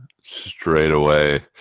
straightaway